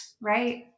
right